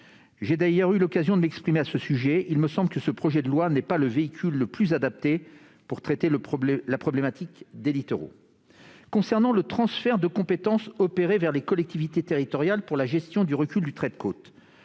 J'ai, d'ailleurs, eu l'occasion de m'exprimer à ce sujet : il me semble que ce projet de loi n'est pas le véhicule le plus adapté pour traiter la problématique des littoraux. Concernant le transfert de compétences opéré vers les collectivités territoriales pour la gestion du recul du trait de côte,